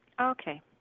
Okay